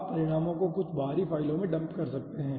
आप परिणामों को कुछ बाहरी फ़ाइलों में डंप कर सकते हैं